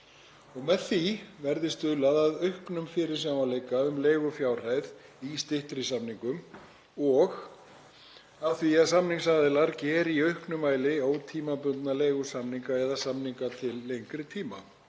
Með því verði stuðlað að auknum fyrirsjáanleika um leigufjárhæð í styttri samningum og að því að samningsaðilar geri í auknum mæli ótímabundna leigusamninga eða samninga til lengri tíma